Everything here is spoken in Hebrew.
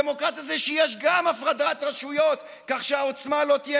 דמוקרטיה זה שיש גם הפרדת רשויות כך שהעוצמה לא תהיה